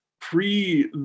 pre